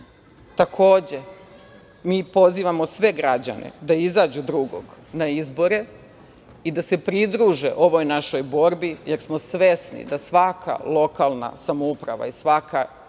životom. Takođe, mi pozivamo sve građane da izađu 2. na izbore i da se pridruže ovoj našoj borbi, jer smo svesni da svaka lokalna samouprava i svaka